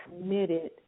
committed